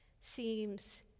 seems